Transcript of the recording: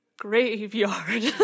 Graveyard